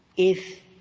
if